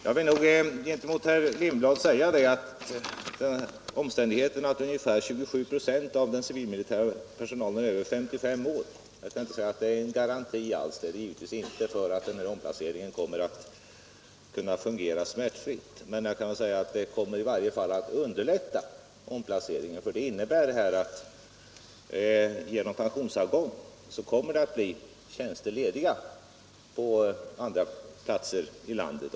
Jag vill nog gentemot herr Lindblad säga att den omständigheten att ungefär 27 96 av den civilmilitära personalen är över 55 år inte är någon garanti för att omplaceringen kommer att fungera smärtfritt. Men det kommer i varje fall att underlätta omplaceringen, för det innebär att genom pensionsavgång kommer tjänster att bli lediga på andra platser i landet.